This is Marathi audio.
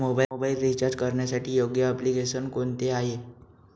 मोबाईल रिचार्ज करण्यासाठी योग्य एप्लिकेशन कोणते आहे?